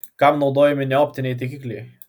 kam naudojami neoptiniai taikikliai